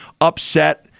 upset